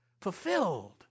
Fulfilled